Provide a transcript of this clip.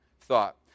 thought